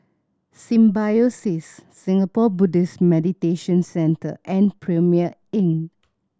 Symbiosis Singapore Buddhist Meditation Centre and Premier Inn